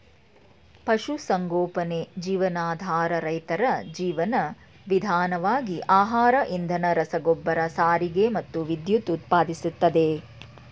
ಪಶುಸಂಗೋಪನೆ ಜೀವನಾಧಾರ ರೈತರ ಜೀವನ ವಿಧಾನವಾಗಿ ಆಹಾರ ಇಂಧನ ರಸಗೊಬ್ಬರ ಸಾರಿಗೆ ಮತ್ತು ವಿದ್ಯುತ್ ಉತ್ಪಾದಿಸ್ತದೆ